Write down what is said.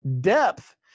Depth